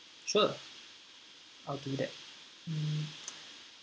sure I'll do that